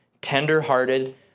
tender-hearted